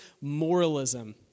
moralism